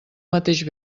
mateix